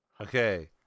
Okay